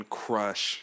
crush